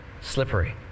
slippery